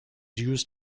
used